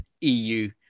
EU